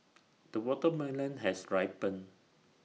the watermelon has ripened